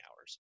hours